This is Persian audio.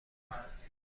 بود